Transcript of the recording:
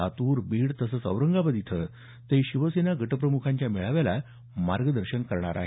लातूर बीड तसंच औरंगाबाद इथं ते शिवसेना गटप्रमुखांच्या मेळाव्याला मार्गदर्शन करणार आहेत